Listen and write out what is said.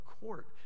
court